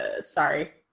Sorry